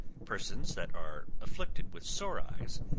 persons that are afflicted with sore eyes,